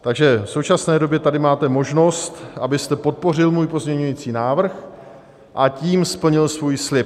Takže v současné době tady máte možnost, abyste podpořil můj pozměňovací návrh, a tím splnil svůj slib.